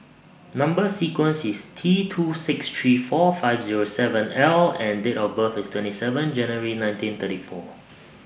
Number sequence IS T two six three four five Zero seven L and Date of birth IS twenty seven January nineteen thirty four